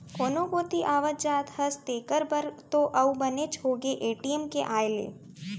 कोनो कोती आवत जात हस तेकर बर तो अउ बनेच होगे ए.टी.एम के आए ले